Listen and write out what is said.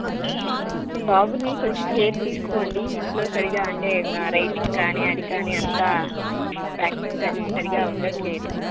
okay బాబుని కొంచెం care తీసుకోండి ఇంట్లో సరిగా అంటే రైటింగ్ కానీ అది కానీ అంతా ప్రాక్టీస్ అది సరిగా ఉండట్లేదు